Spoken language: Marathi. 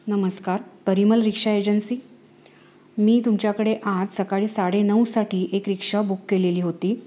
नमस्कार परिमल रिक्षा एजन्सी मी तुमच्याकडे आज सकाळी साडे नऊसाठी एक रिक्षा बुक केलेली होती